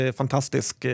fantastisk